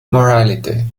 morality